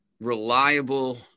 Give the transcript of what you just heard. reliable